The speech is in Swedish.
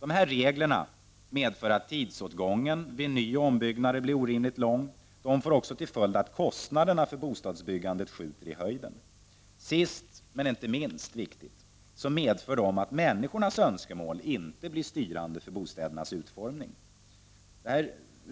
Dessa regler medför att tidsåtgången vid nyoch ombyggnader blir orimligt stor. De får också till följd att kostnaderna för bostadsbyggandet skjuter i höjden. Sist, men inte minst viktigt, medför de att människornas önskemål inte blir styrande för bostädernas utformning.